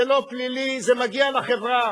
זה לא פלילי, זה מגיע לחברה,